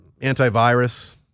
antivirus